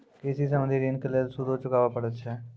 कृषि संबंधी ॠण के लेल सूदो चुकावे पड़त छै?